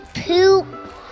poop